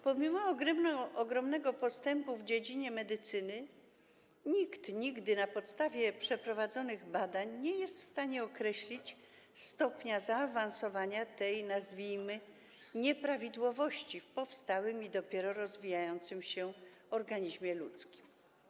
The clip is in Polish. Pomimo ogromnego postępu w dziedzinie medycyny nikt nigdy na podstawie przeprowadzonych badań nie jest w stanie określić stopnia zaawansowania tej, nazwijmy to, nieprawidłowości w powstałym i dopiero rozwijającym się organizmie ludzkim.